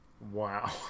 wow